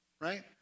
right